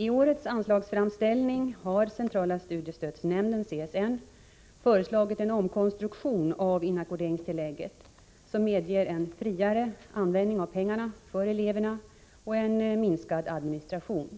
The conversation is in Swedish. I årets anslagsframställning har centrala studiestödsnämnden föreslagit en omkonstruktion av inackorderingstillägget, som medger en friare användning av pengarna för eleverna och en minskad administration.